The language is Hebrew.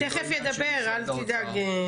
הוא תכף ידבר, אל תדאג.